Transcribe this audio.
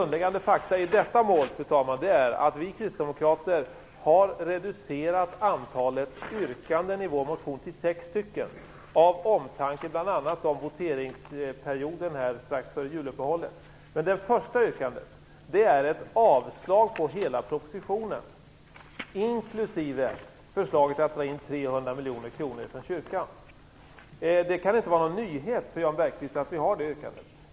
Grundläggande fakta i detta mål är att vi kristdemokrater har reducerat antalet yrkanden i vår motion till sex stycken, bl.a. av omtanken om voteringsperioden här strax före juluppehållet. Det första yrkandet är ett avslag på hela propositionen inklusive förslaget att dra in 300 miljoner kronor från kyrkan. Det kan inte vara någon nyhet för Jan Bergqvist att vi har det yrkandet.